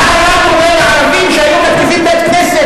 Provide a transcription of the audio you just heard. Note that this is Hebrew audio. מה היה קורה לערבים שהיו מתקיפים בית-כנסת